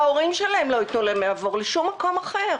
וההורים שלהם לא יתנו להם לעבור לשום מקום אחר.